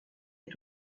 est